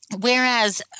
Whereas